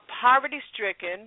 poverty-stricken